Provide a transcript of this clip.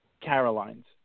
Caroline's